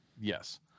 Yes